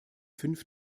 fünf